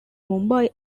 mumbai